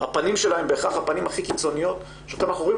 הפנים שלה הם בהכרח הפנים הכי קיצוניות שאותם אנחנו רואים.